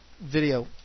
video